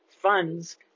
funds